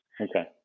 Okay